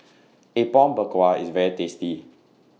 Apom Berkuah IS very tasty